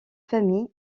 familles